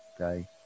Okay